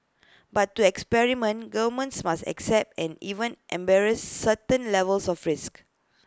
but to experiment governments must accept and even embarrass certain levels of risk